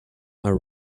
are